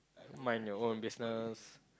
mind your own business